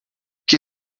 que